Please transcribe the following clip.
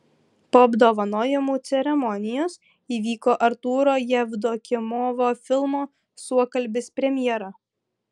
po apdovanojimų ceremonijos įvyko artūro jevdokimovo filmo suokalbis premjera